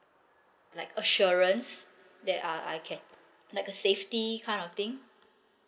like assurance that I I can like a safety kind of thing